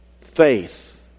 faith